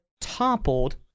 toppled